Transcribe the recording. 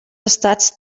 estats